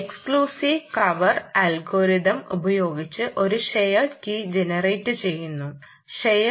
eclectic curve algorithm ഉപയോഗിച്ച് ഒരു shared key ജനറേറ്റുചെയ്യുന്നു റഫർ സമയം 2513